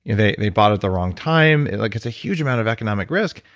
they they bought at the wrong time. like it's a huge amount of economic risk.